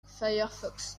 firefox